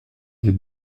des